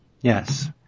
Yes